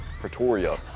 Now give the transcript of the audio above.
Pretoria